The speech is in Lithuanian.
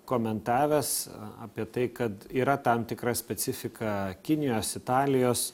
komentavęs apie tai kad yra tam tikra specifika kinijos italijos